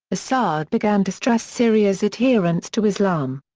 assad began to stress syria's adherence to islam.